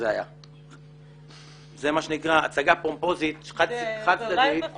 זה מה שנקרא הצגה פומפוזית חד צדדית.